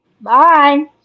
Bye